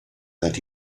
that